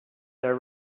the